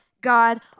god